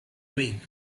weak